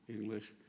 English